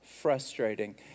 frustrating